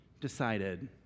decided